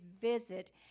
visit